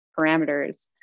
parameters